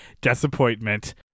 disappointment